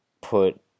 put